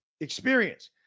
experience